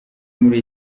muri